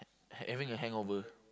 having a hangover